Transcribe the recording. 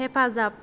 हेफाजाब